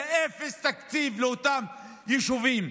זה אפס תקציב לאותם יישובים.